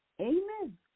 Amen